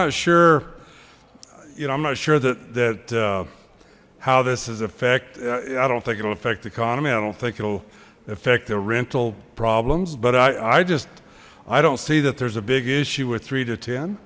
not sure you know i'm not sure that that how this is effect yeah i don't think it'll affect the economy i don't think it'll affect their rental problems but i just i don't see that there's a big issue with three to ten